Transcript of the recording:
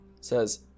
says